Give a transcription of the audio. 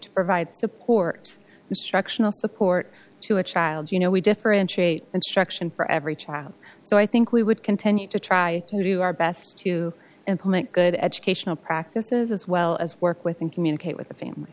to provide support destruction all support to a child you know we differentiate instruction for every child so i think we would continue to try to do our best to implement good educational practices as well as work with and communicate with the fam